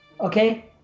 okay